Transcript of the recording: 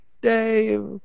Dave